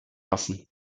lassen